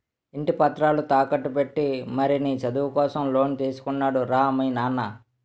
ఇంటి పత్రాలు తాకట్టు పెట్టి మరీ నీ చదువు కోసం లోన్ తీసుకున్నాడు రా మీ నాన్న